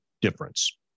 difference